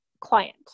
client